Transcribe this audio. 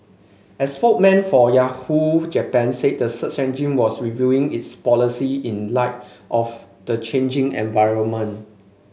a spokesman for Yahoo Japan said the search engine was reviewing its policy in light of the changing environment